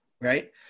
Right